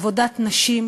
עבודת נשים קלאסית,